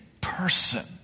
person